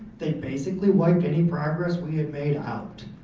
they basically wiped any progress we had made out.